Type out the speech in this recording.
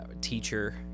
teacher